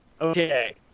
Okay